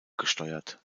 gesteuert